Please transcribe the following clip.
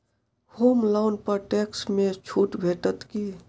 होम loan पर tax मे छुट भेटत की